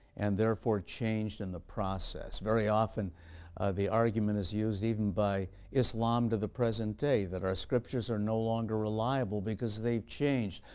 and therefore changed in the process. very often the argument is used even by islam to the present day. that our scriptures are no longer reliable because they've changed.